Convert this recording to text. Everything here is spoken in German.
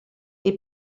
die